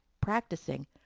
practicing